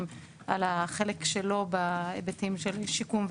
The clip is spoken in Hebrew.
על החלק שלו בהיבטים של שיקום ותקון.